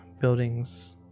buildings